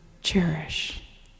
cherish